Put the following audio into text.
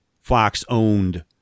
Fox-owned